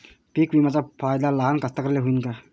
पीक विम्याचा फायदा लहान कास्तकाराइले होईन का?